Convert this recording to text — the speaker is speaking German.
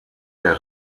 der